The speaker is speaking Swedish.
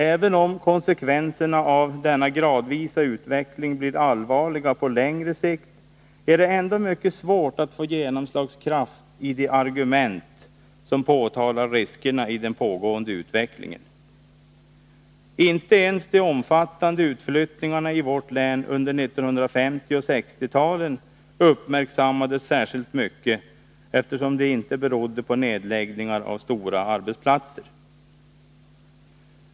Även om konsekvenserna av denna gradvisa utveckling blir allvarliga på längre sikt, är det ändå mycket svårt att få genomslagskraft för de argument som påtalar riskerna i den pågående utvecklingen. Inte ens de omfattande utflyttningarna från vårt län under 1950 och 1960-talen uppmärksammades särskilt mycket, eftersom de inte berodde på nedläggningar av stora arbetsplatser.